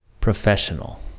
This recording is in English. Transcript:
professional